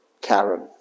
Karen